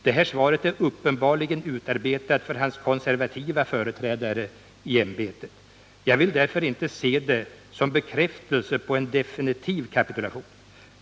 Det här svaret är uppenbarligen utarbetat för hans konservativa företrädare i ämbetet. Jag vill inte se det som bekräftelse på en definitiv kapitulation.